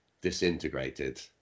disintegrated